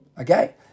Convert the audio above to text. Okay